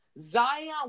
Zion